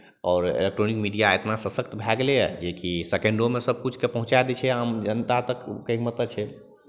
आओर electronic media इतना सशक्त भए गेलैए जेकि सेकेंडोमे सभकिछुकेँ पहुँचा दै छै आम जनता तक कहयके मतलब छै